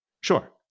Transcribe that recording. Sure